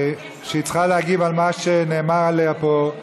שצריכה להגיב על מה שנאמר עליה פה.